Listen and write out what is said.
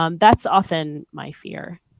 um that's often my fear?